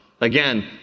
again